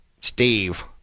Steve